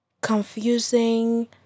confusing